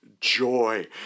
joy